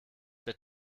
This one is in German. der